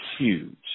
Huge